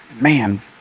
Man